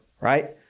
Right